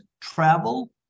travel